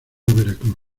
veracruz